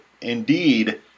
Indeed